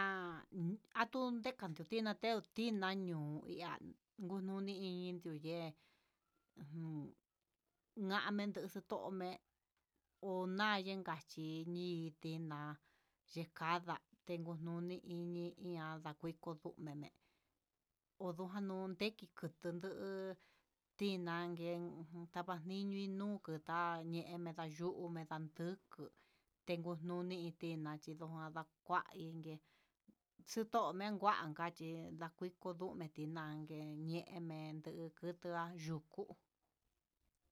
Jan atun ndekandu tiná, teó liná ñoo ihá kununi iin tuyen jun namen xoto'omen, onayi kachi nii tiná ndekada teku noní, ini ihá ndakuno tutene ndakuichó, ndekin kutundu tinan nguen niniño kutua ñene ndikan yuu me'e inka nduku ndeku nuni indni nachindo nandakua ndiken xuku nen kuan ngachí, menjunen tinake yeeme nga yukú.